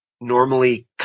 normally